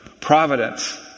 Providence